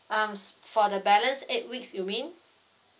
um s~ for the balance eight weeks you mean